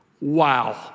Wow